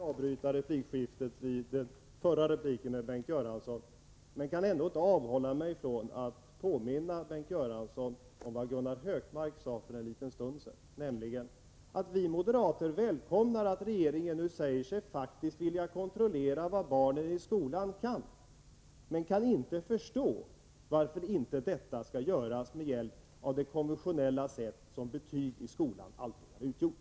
Herr talman! Jag kan inte avhålla mig från att påminna Bengt Göransson om vad Gunnar Hökmark sade för en liten stund sedan, nämligen att vi moderater välkomnar att regeringen nu faktiskt säger sig vilja kontrollera vad barnen i skolan kan men att vi inte förstår varför detta inte kan göras med hjälp av det konventionella sättet, som betyg i skolan alltid har utgjort.